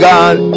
God